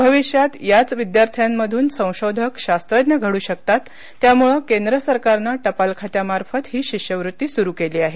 भविष्यात याच विद्यार्थ्यांमधून संशोधक शास्त्रज्ञ घड्र शकतात त्यामुळे केंद्र सरकारने टपाल खात्यामार्फत ही शिष्यवृत्ती सुरू केली आहे